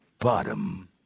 Bottom